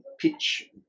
pitch